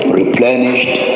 replenished